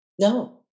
No